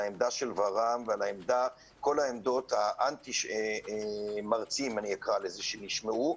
על העמדה ור"מ ועל כל העמדות האנטי מרצים שנשמעו,